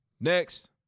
Next